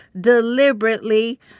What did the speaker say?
deliberately